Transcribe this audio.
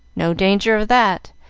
no danger of that,